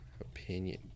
opinion